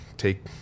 take